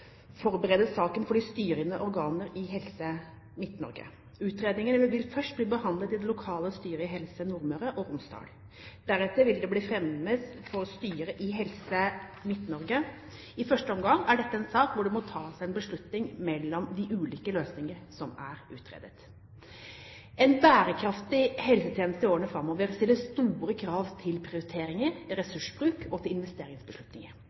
forberede saken for de styrende organer i Helse Midt-Norge. Utredningen vil først bli behandlet i det lokale styret i Helse Nordmøre og Romsdal. Deretter vil den fremmes for styret i Helse Midt-Norge. I første omgang er dette en sak hvor det må tas en beslutning mellom de ulike løsningene som er utredet. En bærekraftig helsetjeneste i årene framover stiller store krav til prioriteringer, ressursbruk og til investeringsbeslutninger.